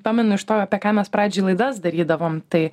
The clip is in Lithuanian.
pamenu iš to apie ką mes pradžiai laidas darydavom tai